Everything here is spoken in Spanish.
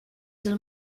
sus